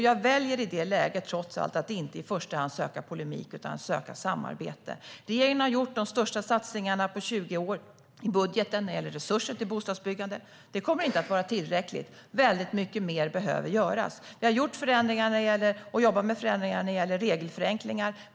Jag väljer i det läget trots allt att inte i första hand söka polemik utan söka samarbete. Regeringen har gjort de största satsningarna på 20 år i budgeten när det gäller resurser till bostadsbyggande. Det kommer inte att vara tillräckligt. Väldigt mycket mer behöver göras. Vi har jobbat med förändringar när det gäller regelförenklingar.